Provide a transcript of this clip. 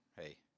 hey